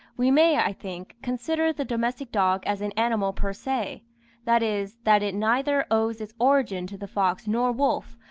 we may, i think, consider the domestic dog as an animal per se that is, that it neither owes its origin to the fox nor wolf,